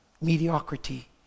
Mediocrity